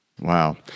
Wow